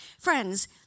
Friends